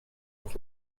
this